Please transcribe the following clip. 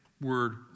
word